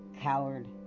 coward